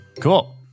Cool